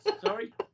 Sorry